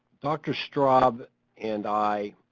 dr. straub and i,